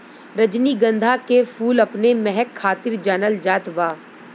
रजनीगंधा के फूल अपने महक खातिर जानल जात बा